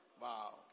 Wow